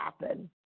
happen